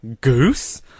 Goose